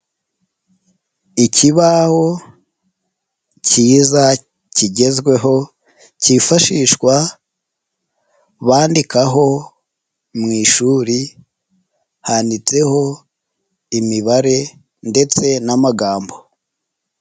Ikibaho cyiza kigezweho cyifashishwa bandikaho mu ishuri handitseho imibare ndetse n'amagambo.